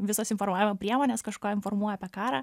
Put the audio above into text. visos informavimo priemonės kažką informuoja apie karą